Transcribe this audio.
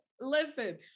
listen